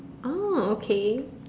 oh okay